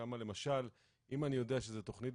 אם אני יודע שזו תכנית,